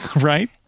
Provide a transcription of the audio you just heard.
right